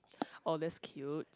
oh that's cute